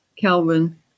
Calvin